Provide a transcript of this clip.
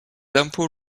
impôts